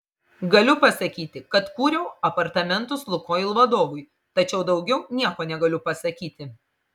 galiu pasakyti kad kūriau apartamentus lukoil vadovui tačiau daugiau nieko negaliu pasakyti